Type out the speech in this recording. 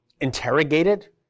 interrogated